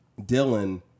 Dylan